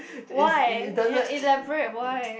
why elaborate why